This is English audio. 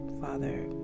father